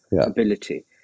ability